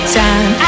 time